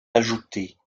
ajoutées